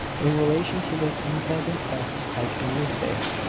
in relation to this unpleasant fact i can only say,